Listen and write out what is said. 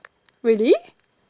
really